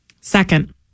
Second